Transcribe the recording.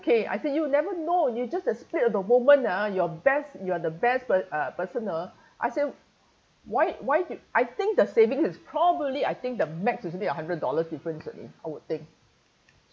okay I said you never know you just a split at the moment ah your best you are the best per~ uh person ah I say why why I think the savings is probably I think the max usually a hundred dollars difference only I would think